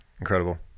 incredible